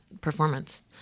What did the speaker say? performance